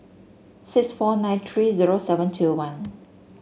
six four nine three zero seven two one